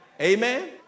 Amen